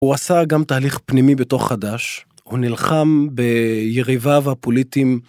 הוא עשה גם תהליך פנימי בתוך חד"ש, הוא נלחם ביריביו הפוליטיים.